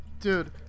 Dude